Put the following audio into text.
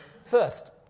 First